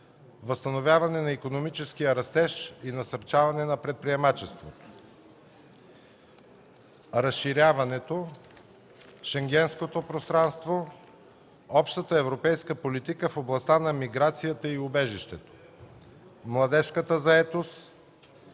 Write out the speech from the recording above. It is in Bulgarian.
възстановяване на икономическия растеж и насърчаване на предприемачеството, разширяването в Шенгенското пространство, общата европейска политика в областта на миграцията и убежището, младежката заетост,